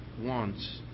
wants